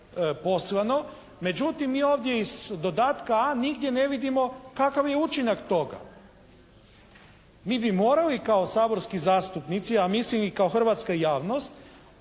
Međutim mi ovdje iz dodatka A nigdje ne vidimo kakav je učinak toga. Mi bi moralo kao saborski zastupnici, a mislim i kao hrvatska javnost